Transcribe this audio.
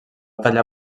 tallar